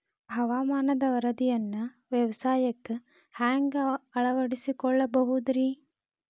ಹವಾಮಾನದ ವರದಿಯನ್ನ ಬೇಸಾಯಕ್ಕ ಹ್ಯಾಂಗ ಅಳವಡಿಸಿಕೊಳ್ಳಬಹುದು ರೇ?